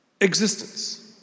existence